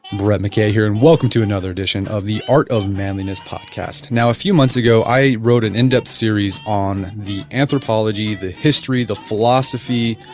brett mckay here, and welcome to another edition of the art of manliness podcast. now, a few months ago i wrote an in-depth series on the anthropology, the history, the philosophy,